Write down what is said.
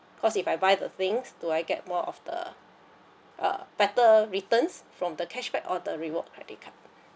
because if I buy the things do I get more of the uh better returns from the cashback or the reward credit card